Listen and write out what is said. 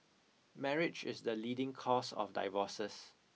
marriage is the leading cause of divorces